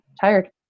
tired